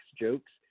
jokes